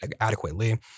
adequately